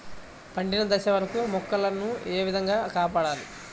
పండిన దశ వరకు మొక్కల ను ఏ విధంగా కాపాడాలి?